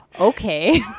okay